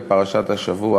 ופרשת השבוע